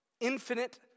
infinite